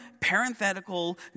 parenthetical